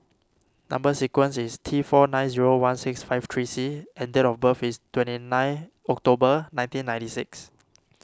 Number Sequence is T four nine zero one six five three C and date of birth is twenty nine October nineteen ninety six